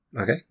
Okay